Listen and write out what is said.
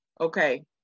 Okay